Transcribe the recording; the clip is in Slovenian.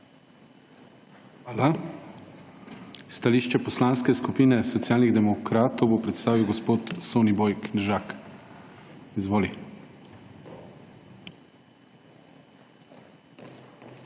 Hvala. Stališče Poslanske skupine Socialnih demokratov bo predstavil gospod Soniboj Knežak. Izvoli.